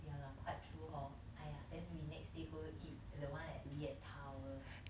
ya lah quite true hor !aiya! then we next day go eat the one at liat tower